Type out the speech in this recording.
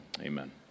Amen